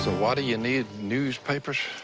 so, why do you need newspapers?